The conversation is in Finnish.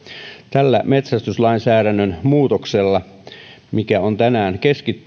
tällä metsästyslainsäädännön muutoksella mikä on tänään